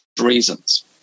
reasons